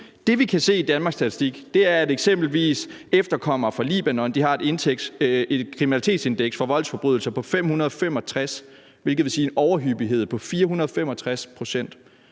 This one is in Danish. Det, vi kan se i Danmarks Statistik, er, at eksempelvis efterkommere fra Libanon har et kriminalitetsindeks for voldsforbrydelser på 565, hvilket vil sige en overhyppighed på 465 pct.